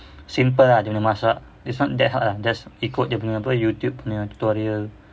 simple lah dia punya masak it's not that hard ah just ikut dia punya youtube punya tutorial